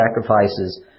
sacrifices